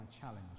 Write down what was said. challenge